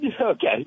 Okay